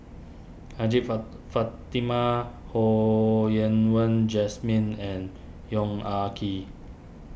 Hajjah Fa Fatimah Ho Yen Wah Jesmine and Yong Ah Kee